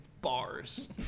bars